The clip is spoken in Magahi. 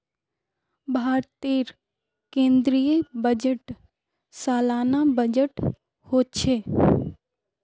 भारतेर केन्द्रीय बजट सालाना बजट होछे